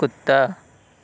کتا